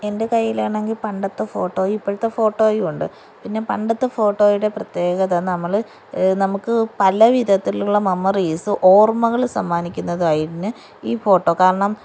എൻ്റെ കയ്യിലാണെങ്കിൽ പണ്ടത്തെ ഫോട്ടോയും ഇപ്പോഴത്തെ ഫോട്ടോയും ഉണ്ട് പിന്നെ പണ്ടത്തെ ഫോട്ടോയുടെ പ്രത്യേകത നമ്മള് നമുക്ക് പല വിധത്തിലുള്ള മെമ്മോറിസ് ഓർമ്മകള് സമ്മാനിക്കുന്നതായിരുന്ന് ഈ ഫോട്ടോ കാരണം